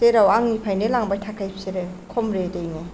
जेराव आंनिफ्रायनो लांबाय थाखायो बिसोरो खम रेदै नो